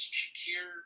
Shakir